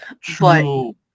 true